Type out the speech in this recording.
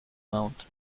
mount